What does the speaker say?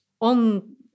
on